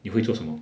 你会做什么